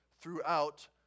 throughout